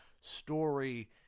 story